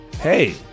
hey